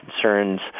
concerns